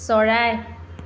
চৰাই